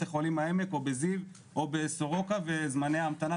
חולים העמק או בזיו או בסורוקה וזמני המתנה,